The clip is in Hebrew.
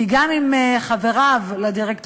כי גם אם חבריו לדירקטוריון,